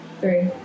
Three